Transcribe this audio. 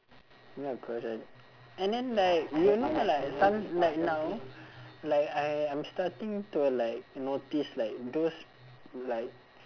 ya correct and then like you know like some like now like I am starting to like notice like those like